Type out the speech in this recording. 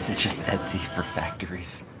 just etsy for factories